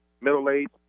middle-aged